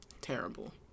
Terrible